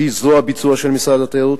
שהיא זרוע ביצוע של משרד התיירות,